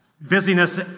busyness